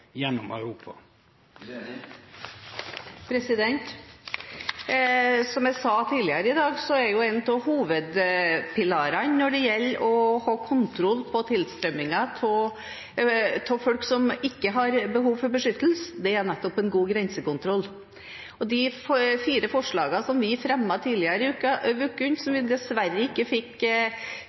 gjennom Europa? Som jeg sa tidligere i dag, er en av hovedpilarene når det gjelder å ha kontroll på tilstrømmingen av folk som ikke har behov for beskyttelse, nettopp en god grensekontroll. De fire forslagene vi fremmet tidligere i uken, som vi dessverre ikke fikk